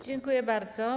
Dziękuję bardzo.